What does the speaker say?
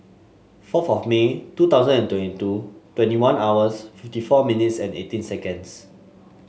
fourth of May two thousand and twenty two twenty one hours fifty four munites and eighteen seconds